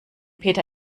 peter